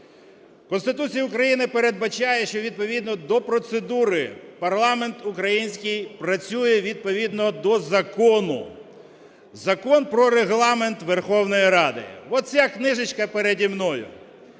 Конституція України передбачає, що відповідно до процедури парламент український працює відповідно до закону. Закон "Про Регламент Верховної Ради". От ця книжечка переді мною.